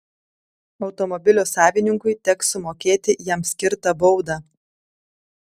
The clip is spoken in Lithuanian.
automobilio savininkui teks sumokėti jam skirtą baudą